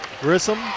Grissom